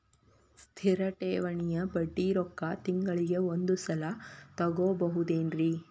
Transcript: ಸ್ಥಿರ ಠೇವಣಿಯ ಬಡ್ಡಿ ರೊಕ್ಕ ತಿಂಗಳಿಗೆ ಒಂದು ಸಲ ತಗೊಬಹುದೆನ್ರಿ?